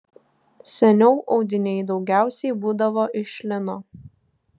seniau audiniai daugiausiai būdavo iš lino